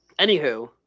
anywho